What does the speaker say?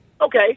okay